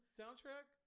soundtrack